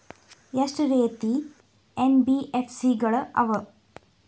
ಎಷ್ಟ ರೇತಿ ಎನ್.ಬಿ.ಎಫ್.ಸಿ ಗಳ ಅವ?